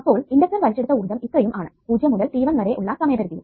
അപ്പോൾ ഇണ്ടക്ടർ വലിച്ചെടുത്ത ഊർജ്ജം ഇത്രയും ആണ് 0 മുതൽ t1 വരെ ഉള്ള സമയപരിധിയിൽ